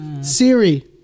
Siri